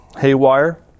haywire